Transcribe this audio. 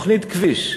תוכנית כביש,